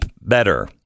better